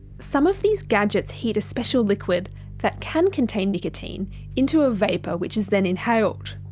some of these gadgets heat a special liquid that can contain nicotine into a vapour, which is then inhaled.